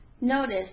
Notice